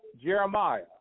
Jeremiah